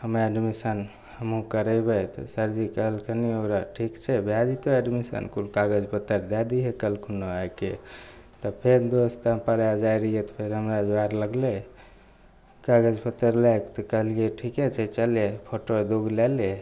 हमे एडमिशन हमहूँ करेबय तऽ सरजी कहलखिन ओकरा ठीक छै भए जेतय एडमिशन कुल कागज पत्तर दए दिहनि कखनो आइके तऽ फेन दोस्त हम जाइ रहियै फेर हमरा जोगार लगलय कागज पत्तर लए कऽ तऽ कहलियै ठीके छै चलै फोटो दुगो लए ले